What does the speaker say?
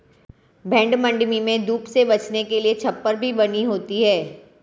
भेंड़ मण्डी में धूप से बचने के लिए छप्पर भी बनी होती है